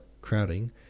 crowding